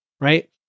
right